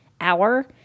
hour